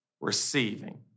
receiving